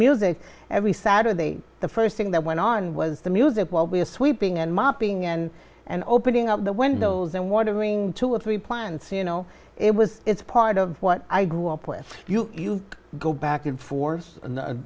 music every saturday the st thing that went on was the music while we were sweeping and mopping and and opening up the windows and watering two or three plants you know it was it's part of what i grew up with you you go back and forth a